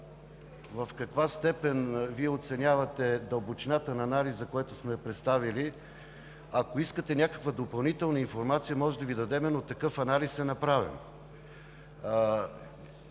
в каква степен Вие оценявате дълбочината на анализа, който сме представили. Ако искате някаква допълнителна информация, можем да Ви дадем, но такъв анализ е направен.